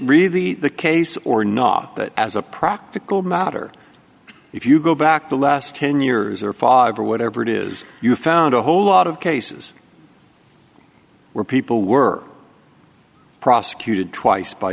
really the case or not that as a practical matter if you go back the last ten years or five or whatever it is you found a whole lot of cases where people were prosecuted twice by